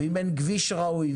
ואם אין כביש ראוי,